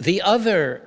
the other